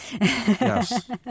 Yes